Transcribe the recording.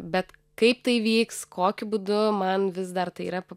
bet kaip tai vyks kokiu būdu man vis dar tai yra